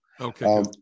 Okay